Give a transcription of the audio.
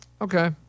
Okay